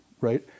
right